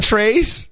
Trace